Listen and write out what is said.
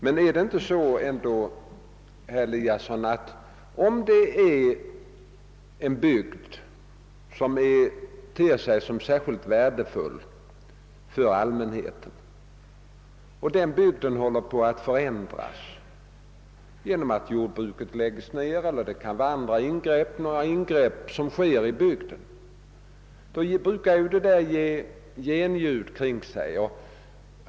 Men, herr Eliasson, om en bygd ter sig särskilt värdefull för allmänheten och den bygden håller på att förändras genom att jordbruket lägges ned eller på grund av andra ingrepp som sker, brukar inte detta i så fall ge genljud?